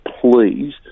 please